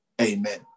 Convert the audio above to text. Amen